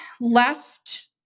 left